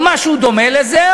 או משהו דומה לזה,